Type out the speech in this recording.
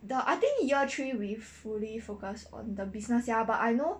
the I think year three we fully focus on the business sia but I know